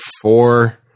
four